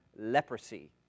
leprosy